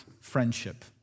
friendship